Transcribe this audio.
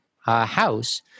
house